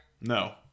No